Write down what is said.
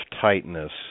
tightness